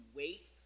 wait